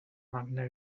magna